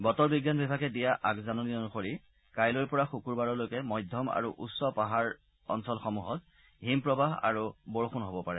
বতৰ বিজ্ঞান বিভাগে দিয়া আগজাননী অনুসৰি কাইলৈৰ পৰা শুকুৰবাৰলৈকে মধ্যম আৰু উচ্চ পাহাৰ অঞ্চল সমূহত হিমপ্ৰবাহ আৰু বৰষুণ হ'ব পাৰে